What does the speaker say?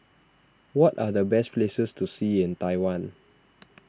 what are the best places to see in Taiwan